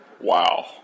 Wow